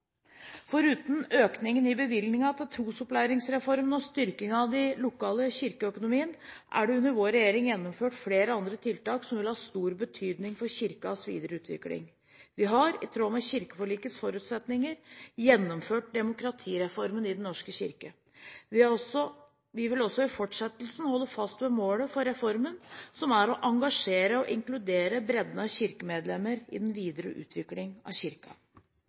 Foruten økningen i bevilgningene til trosopplæringsreformen og styrkingen av den lokale kirkeøkonomien, er det under vår regjering gjennomført flere tiltak som vil ha stor betydning for Kirkens videre utvikling. Vi har – i tråd med kirkeforlikets forutsetninger – gjennomført demokratireformen i Den norske kirke. Vi vil også i fortsettelsen holde fast ved målet for reformen, som er å engasjere og inkludere bredden av kirkemedlemmene i den videre utviklingen av